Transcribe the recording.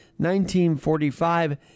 1945